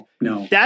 No